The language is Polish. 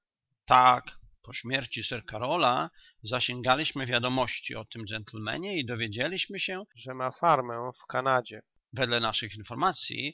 tak po śmierci sir karola zasięgaliśmy wiadomości o tym gentlemanie i dowiedzieliśmy się że ma fermę w kanadzie wedle naszych informacyj